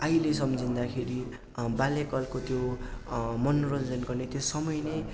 अहिले सम्झिँदाखेरि बाल्यकालको त्यो मनोरञ्जन गर्ने त्यो समय नै